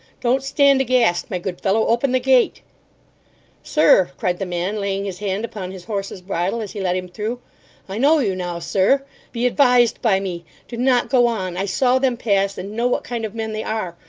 don't stand aghast, my good fellow. open the gate sir, cried the man, laying his hand upon his horse's bridle as he let him through i know you now, sir be advised by me do not go on. i saw them pass, and know what kind of men they are.